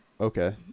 okay